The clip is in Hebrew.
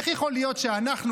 איך יכול להיות שאנחנו,